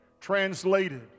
translated